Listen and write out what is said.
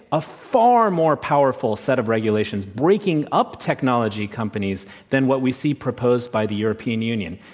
a far more powerful set of regulations breaking up technology companies than what we see proposed by the european union.